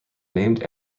named